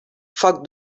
foc